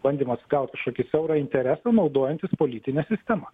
bandymas gaut kažkokį siaurą interesą naudojantis politine sistema